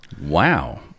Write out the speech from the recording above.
Wow